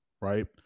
right